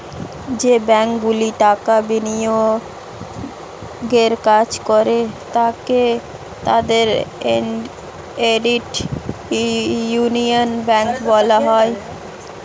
যে ব্যাঙ্কগুলি টাকা বিনিয়োগের কাজ করে থাকে তাদের ক্রেডিট ইউনিয়ন ব্যাঙ্ক বলা হয়